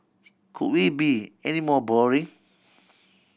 could we be any more boring